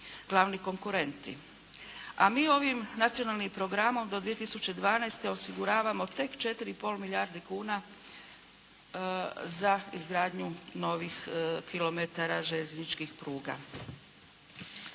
A mi ovim nacionalnim programom do 2012. osiguravamo tek 4,5 milijarde kuna za izgradnju novih kilometara željezničkih pruga.